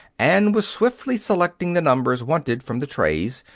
and was swiftly selecting the numbers wanted from the trays,